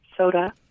soda